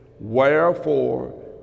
wherefore